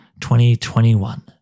2021